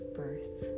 birth